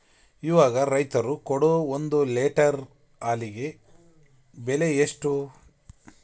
ಇವಾಗ ರೈತರು ಕೊಡೊ ಒಂದು ಲೇಟರ್ ಹಾಲಿಗೆ ಬೆಲೆ ಎಷ್ಟು?